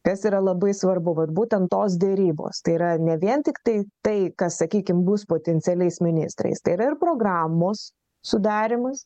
kas yra labai svarbu vat būtent tos derybos tai yra ne vien tiktai tai kas sakykim bus potencialiais ministrais tai yra ir programos sudarymas